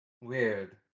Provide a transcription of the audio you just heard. Weird